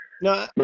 No